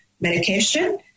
medication